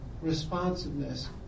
responsiveness